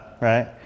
right